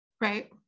right